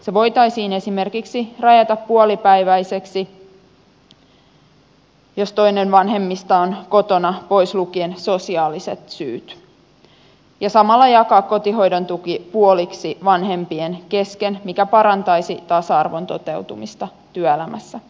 se voitaisiin esimerkiksi rajata puolipäiväiseksi jos toinen vanhemmista on kotona pois lukien sosiaaliset syyt ja samalla jakaa kotihoidon tuki puoliksi vanhempien kesken mikä parantaisi tasa arvon toteutumista työelämässä